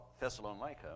Thessalonica